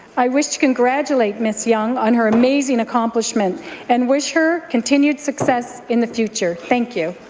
i wish to congratulate miss young on her amazing accomplishment and wish her continued success in the future. thank you.